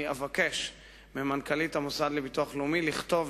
אני אבקש ממנכ"לית המוסד לביטוח לאומי לכתוב